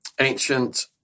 ancient